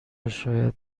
شاید